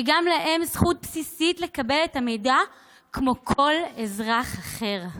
וגם להם זכות בסיסית לקבל את המידע כמו כל אזרח אחר.